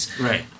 right